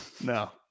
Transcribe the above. No